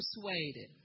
persuaded